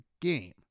game